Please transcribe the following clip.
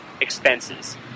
expenses